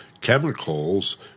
chemicals